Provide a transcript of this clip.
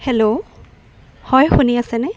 hello হয় শুনি আছেনে